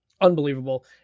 unbelievable